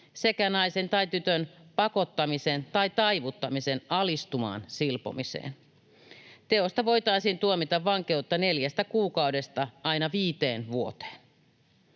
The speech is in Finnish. sekä naisen tai tytön pakottamisen tai taivuttamisen alistumaan silpomiseen. Teosta voitaisiin tuomita vankeutta neljästä kuukaudesta aina viiteen vuoteen.